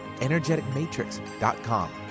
energeticmatrix.com